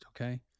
okay